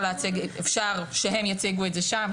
אפשר שהם יציגו את זה שם,